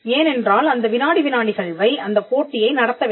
ஏனென்றால் அந்த வினாடி வினா நிகழ்வை அந்த போட்டியை நடத்த வேண்டும்